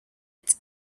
it’s